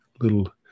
little